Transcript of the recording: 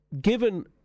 given